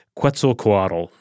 Quetzalcoatl